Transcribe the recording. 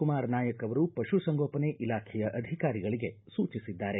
ಕುಮಾರ ನಾಯಕ್ ಅವರು ಪಶುಸಂಗೋಪನೆ ಇಲಾಖೆಯ ಅಧಿಕಾರಿಗಳಿಗೆ ಸೂಚಿಸಿದ್ದಾರೆ